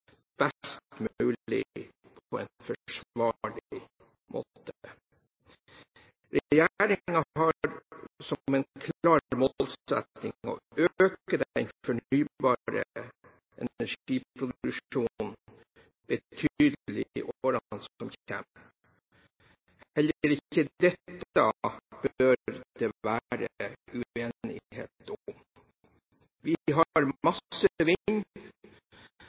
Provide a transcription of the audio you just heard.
best mulig og på en forsvarlig måte. Regjeringen har som en klar målsetting å øke den fornybare energiproduksjonen betydelig i årene som kommer. Heller ikke dette bør det være uenighet om. Vi har